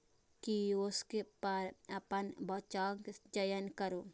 kiosk पर अपन भाषाक चयन करू